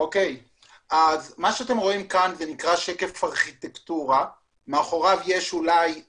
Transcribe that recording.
הוא שקף ארכיטקטורה שמאחוריו יש 200